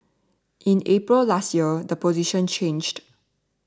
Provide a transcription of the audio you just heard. in April last year the position changed